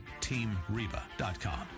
TeamReba.com